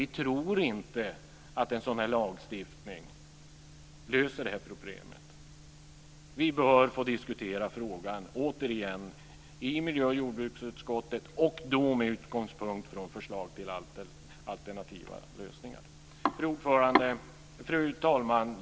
Vi tror inte att en sådan lagstiftning löser detta problem. Vi bör få diskutera frågan återigen i miljö och jordbruksutskottet och då med utgångspunkt i förslag till alternativa lösningar. Fru talman!